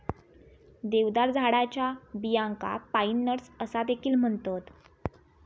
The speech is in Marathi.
देवदार झाडाच्या बियांका पाईन नट्स असा देखील म्हणतत